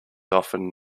often